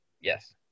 yes